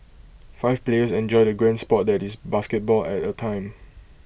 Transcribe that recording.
five players enjoy the grand Sport that is basketball at A time